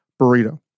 burrito